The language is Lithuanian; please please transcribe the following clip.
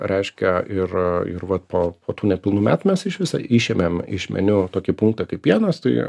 reiškia ir ir va po po tų nepilnų metų mes išvis išėmėm iš meniu tokį punktą kaip pienas tai